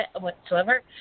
whatsoever